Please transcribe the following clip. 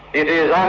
it is